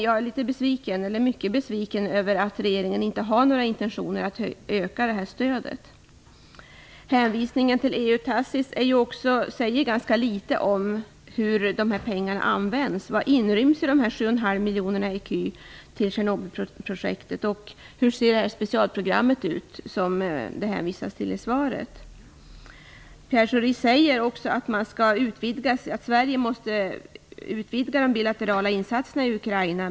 Jag är mycket besviken över att regeringen inte har några intentioner att öka det här stödet. Hänvisningen till EU-TACIS program för öst säger ganska litet om hur pengarna i detta program används. Vad inryms i de 7,5 miljoner ecu som avsatts till Tjernobylprojektet, och hur ser det specialprogram som det i svaret hänvisas till ut? Pierre Schori säger också att Sverige måste utvidga de bilaterala insatserna i Ukraina.